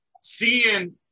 seeing